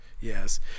Yes